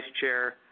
Chair